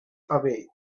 away